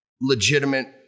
legitimate